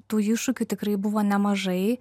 tų iššūkių tikrai buvo nemažai